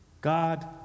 God